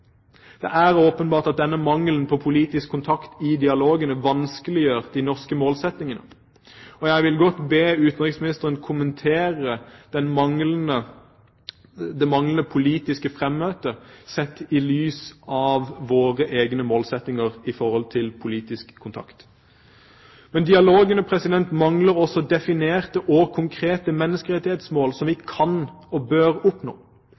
Det er åpenbart at denne mangelen på politisk kontakt i dialogene vanskeliggjør de norske målsettingene, og jeg vil be utenriksministeren kommentere det manglende politiske fremmøtet, sett i lys av våre egne målsettinger om politisk kontakt. Men dialogene mangler også definerte og konkrete menneskerettighetsmål som vi kan og bør oppnå.